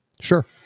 Sure